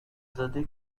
زاده